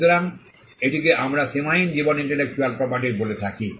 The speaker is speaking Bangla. সুতরাং এটিকে আমরা সীমাহীন জীবন ইন্টেলেকচ্যুয়াল প্রপার্টির বলে থাকি